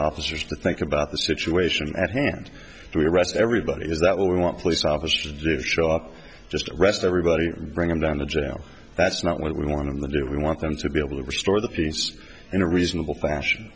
officers to think about the situation at hand to arrest everybody is that what we want police officers to do show up just arrest everybody bring them down to jail that's not what we want to do we want them to be able to restore the peace in a reasonable fashion